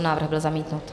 Návrh byl zamítnut.